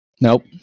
Nope